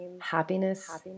happiness